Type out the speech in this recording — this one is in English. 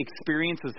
experiences